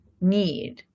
need